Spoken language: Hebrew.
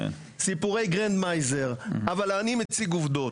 סיפורי "גריינדמייזר", אבל אני מציג עובדות.